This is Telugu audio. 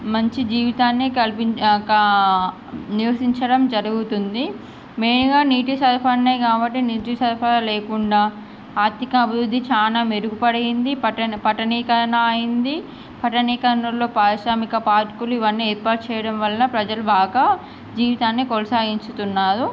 మంచి జీవితాన్ని కల్పించ క నివసించడం జరుగుతుంది మెయిన్గా నీటి సరఫరానే కాబట్టి నీటి సరఫరా లేకుండా ఆర్థిక అభివృద్ధి చాలా మెరుగుపడింది పట్టణ పట్టణీకరణ అయ్యింది పట్టణీకరణలో పారిశ్రామిక పార్కులు ఇవన్నీ ఏర్పాటు చేయడం వల్ల ప్రజలు బాగా జీవితాన్ని కొనసాగించుతున్నారు